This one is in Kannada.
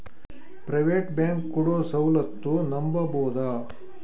ಪ್ರೈವೇಟ್ ಬ್ಯಾಂಕ್ ಕೊಡೊ ಸೌಲತ್ತು ನಂಬಬೋದ?